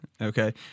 Okay